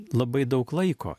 labai daug laiko